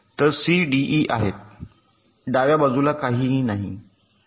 तर C D E आहेत डाव्या बाजूला काहीही नाही